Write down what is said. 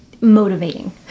Motivating